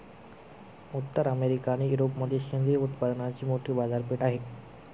उत्तर अमेरिका आणि युरोपमध्ये सेंद्रिय उत्पादनांची मोठी बाजारपेठ आहे